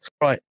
Right